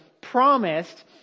promised